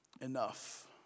enough